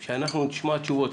אנחנו נשמע תשובות,